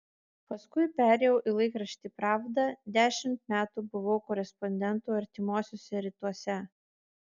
paskui perėjau į laikraštį pravda dešimt metų buvau korespondentu artimuosiuose rytuose